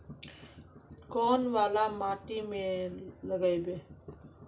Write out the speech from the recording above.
कौन वाला माटी में लागबे?